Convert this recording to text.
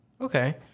Okay